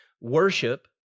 Worship